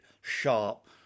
sharp